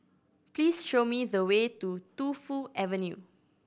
please show me the way to Tu Fu Avenue